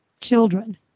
children